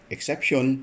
Exception